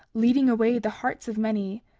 leading away the hearts of many,